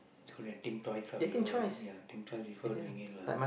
so they think twice lah before doing ya think twice before doing it lah